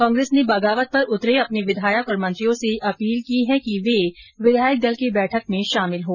कांग्रेस ने बगावत पर उतरे अपने विधायक और मंत्रियों से अपील की है कि वे विधायकदल की बैठक में शामिल हों